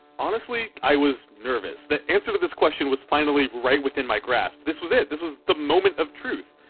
honestly, i was nervous, the answer to this question was finally right within my grasp. this was it! this was the moment of truth!